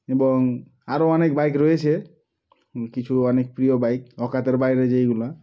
এবং আরও অনেক বাইক রয়েছে কিছু অনেক প্রিয় বাইক ঔকাতের বাইরে যেইগুলো